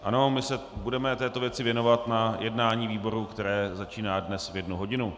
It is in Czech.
Ano, budeme se této věci věnovat na jednání výboru, které začíná dnes v jednu hodinu.